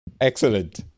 Excellent